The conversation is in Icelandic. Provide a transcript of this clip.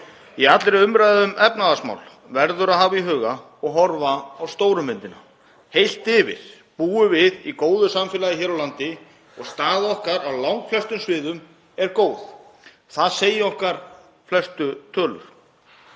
Í allri umræðu um efnahagsmál verður að horfa á stóru myndina. Heilt yfir búum við í góðu samfélagi hér á landi og staða okkar á langflestum sviðum er góð. Það segja flestar tölur.